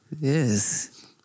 Yes